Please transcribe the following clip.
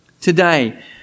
Today